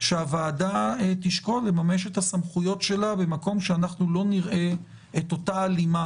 שהוועדה תשקול לממש את הסמכויות שלה במקום שאנחנו לא נראה את אותה הלימה